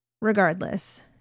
Regardless